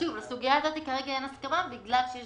לסוגיה הזאת כרגע אין הסכמה בגלל שיש